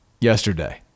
yesterday